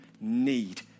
need